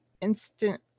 instant